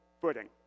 footing